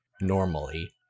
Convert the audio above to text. normally